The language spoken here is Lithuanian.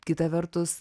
kita vertus